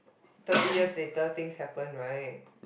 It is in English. thirty years later things happen right